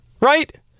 Right